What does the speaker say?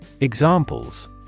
Examples